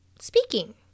speaking